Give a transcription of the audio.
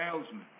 Salesman